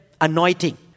anointing